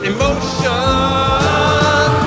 Emotion